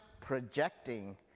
projecting